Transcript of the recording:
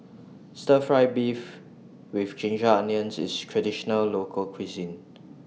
Stir Fry Beef with Ginger Onions IS A Traditional Local Cuisine